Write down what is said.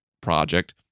Project